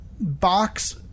box